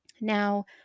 Now